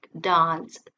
dance